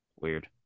Weird